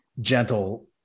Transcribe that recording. gentle